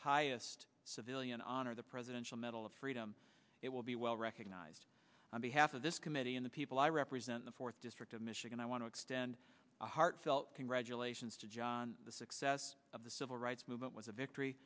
highest civilian honor the presidential medal of freedom it will be well recognized on behalf of this committee and the people i represent the fourth district of michigan i want to extend a heartfelt congratulations to john the success of the civil rights movement was a victory